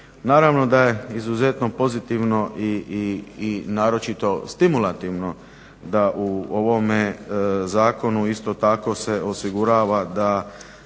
Naravno da je izuzetno pozitivno i naročito stimulativno da u ovome zakonu isto tako se osigurava da